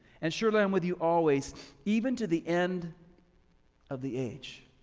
and surely i'm with you always even to the end of the age.